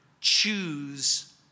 choose